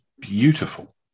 beautiful